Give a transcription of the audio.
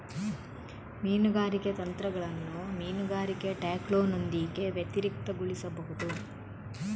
ಮೀನುಗಾರಿಕೆ ತಂತ್ರಗಳನ್ನು ಮೀನುಗಾರಿಕೆ ಟ್ಯಾಕ್ಲೋನೊಂದಿಗೆ ವ್ಯತಿರಿಕ್ತಗೊಳಿಸಬಹುದು